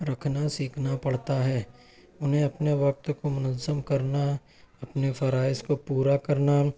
رکھنا سیکھنا پڑتا ہے اُنہیں اپنے وقت کو منظم کرنا اپنے فرائض کو پورا کرنا